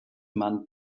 man